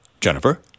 Jennifer